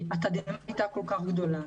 התדהמה הייתה כל כך גדולה,